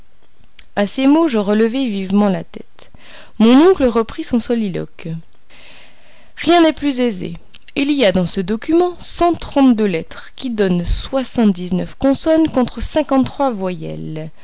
a ces mots je relevai vivement la tête mon oncle reprit son soliloque rien n'est plus aisé il y a dans ce document cent trente-deux lettres qui donnent soixante-dix-neuf consonnes contre cinquante-trois voyelles